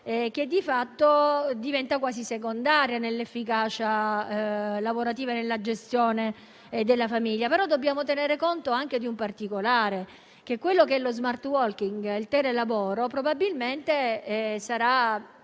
che di fatto diventa quasi secondaria nell'efficacia lavorativa e nella gestione della famiglia. Dobbiamo però tenere conto anche di un particolare: lo *smart working*, il telelavoro, probabilmente avrà